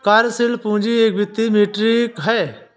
कार्यशील पूंजी एक वित्तीय मीट्रिक है